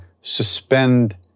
suspend